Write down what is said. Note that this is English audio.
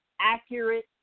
accurate